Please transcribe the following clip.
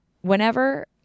whenever